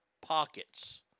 Pockets